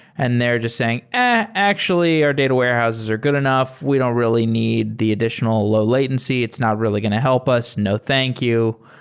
and they're just saying, actually, our data warehouses are good enough. we don't really need the additional low-latency. it's not really going to help us. no. thank you.